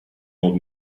old